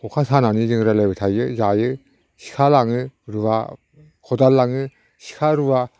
खखा सानानै जों रायज्लायबाय थायो जायो सिखा लाङो रुवा खदाल लाङो सिखा रुवा